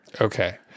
Okay